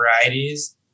varieties